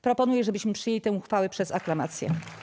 Proponuję, żebyśmy przyjęli tę uchwałę przez aklamację.